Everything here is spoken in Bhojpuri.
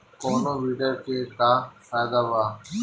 कौनो वीडर के का फायदा बा?